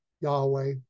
Yahweh